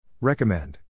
Recommend